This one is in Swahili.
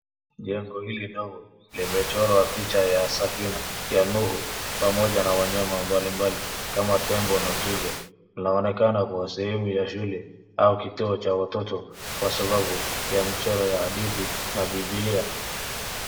Jengo hili dogo limechorwa picha ya safina ya nuhu pamoja na wanyama mbalimbali kama tembo na twiga. Inaonekana kwa sehemu ya shule au kituo cha watoto kwasababu ya mchoro wa hadithi ya bibilia.